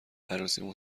عروسیمون